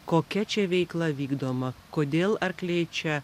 kokia čia veikla vykdoma kodėl arkliai čia